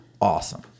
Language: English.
awesome